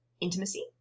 intimacy